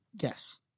yes